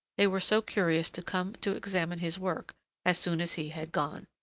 they were so curious to come to examine his work as soon as he had gone.